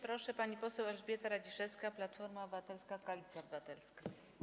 Proszę, pani poseł Elżbieta Radziszewska, Platforma Obywatelska - Koalicja Obywatelska.